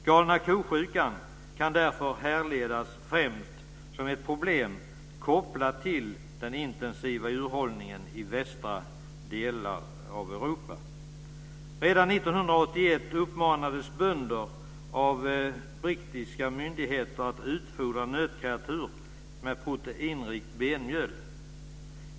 Galna ko-sjukan kan därför härledas främst som ett problem kopplat till den intensiva djurhållningen i de västra delarna av Europa. Redan 1981 uppmanades bönder av brittiska myndigheter att utfodra nötkreatur med proteinrikt benmjöl.